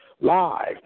live